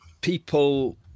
people